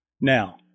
Now